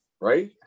right